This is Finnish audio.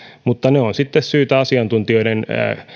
mutta ne on sitten syytä asiantuntijoiden